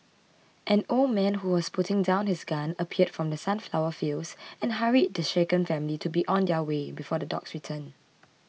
an old man who was putting down his gun appeared from the sunflower fields and hurried the shaken family to be on their way before the dogs return